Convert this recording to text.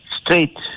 straight